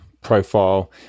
profile